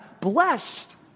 blessed